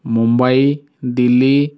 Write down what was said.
Mumbai Delhi